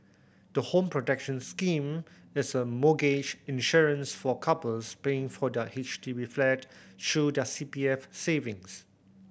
the Home Protection Scheme is a mortgage insurance for couples paying for their H D B flat through their C P F savings